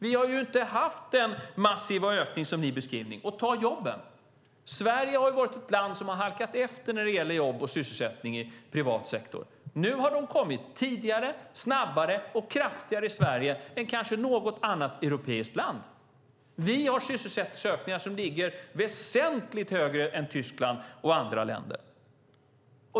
Vi har inte haft den massiva ökning som ni har beskrivit. Beträffande jobben har Sverige varit ett land som har halkat efter när det gäller jobb och sysselsättning i privat sektor. Nu har de kommit tidigare, snabbare och kraftigare i Sverige än i kanske något annat europeiskt land. Vi har sysselsättningsökningar som ligger väsentligt högre än i Tyskland och andra länder.